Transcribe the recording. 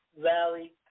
Valley